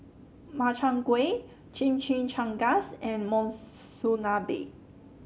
Makchang Gui Chimichangas and Monsunabe